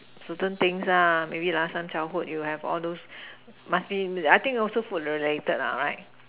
certain things maybe last time childhood you have all those muffin I think also food related right